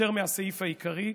יותר מהסעיף העיקרי,